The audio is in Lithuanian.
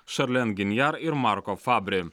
šarlin ginjar ir marko fabri